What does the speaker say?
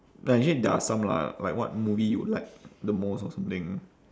but actually there are some lah like what movie you like the most or something